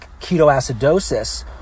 ketoacidosis